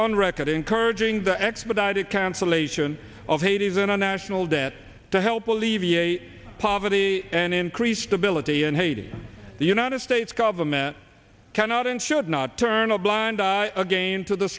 on record encouraging the expedited cancellation of haiti's international debt to help alleviate poverty and increased ability in haiti the united states government cannot and should not turn a blind eye again to the